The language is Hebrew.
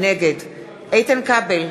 נגד איתן כבל,